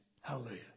Hallelujah